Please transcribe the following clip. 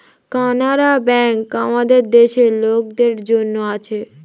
Canara bank আমাদের দেশের লোকদের জন্যে আছে